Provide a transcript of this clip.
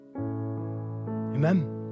amen